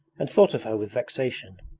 and thought of her with vexation.